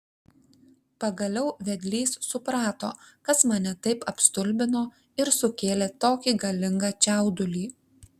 pagaliau vedlys suprato kas mane taip apstulbino ir sukėlė tokį galingą čiaudulį